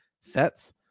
sets